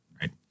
right